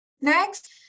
next